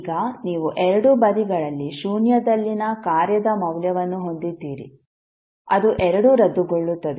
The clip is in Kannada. ಈಗ ನೀವು ಎರಡೂ ಬದಿಗಳಲ್ಲಿ ಶೂನ್ಯದಲ್ಲಿನ ಕಾರ್ಯದ ಮೌಲ್ಯವನ್ನು ಹೊಂದಿದ್ದೀರಿ ಅದು ಎರಡೂ ರದ್ದುಗೊಳ್ಳುತ್ತದೆ